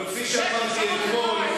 אבל כפי שאמרתי אתמול,